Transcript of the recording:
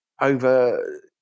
over